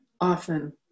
often